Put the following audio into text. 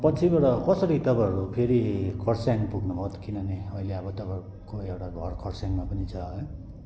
पछिबाट कसरी तपाईँहरू फेरि खरसाङ पुग्नुभयो किनभने अहिले अब तपाईँहरूको एउटा घर खरसाङमा पनि छ है